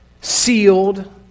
sealed